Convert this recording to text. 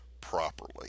properly